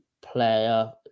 player